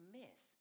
miss